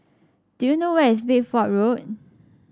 do you know where is Bedford Road